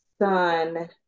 son